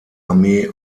armee